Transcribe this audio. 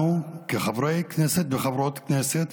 לנו, כחברי וחברות כנסת,